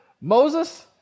Moses